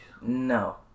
No